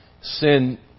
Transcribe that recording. Sin